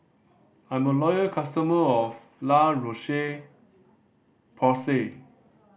I'm a loyal customer of La Roche Porsay